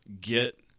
get